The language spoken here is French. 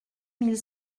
mille